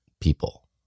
people